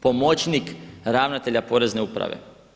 pomoćnik ravnatelja Porezne uprave.